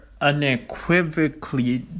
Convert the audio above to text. unequivocally